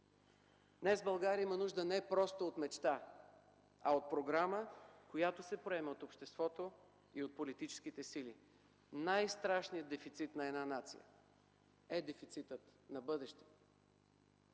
Днес България има нужда не просто от мечта, а от програма, която се приема от обществото и от политическите сили. Най-страшният дефицит на една нация е дефицитът на бъдеще.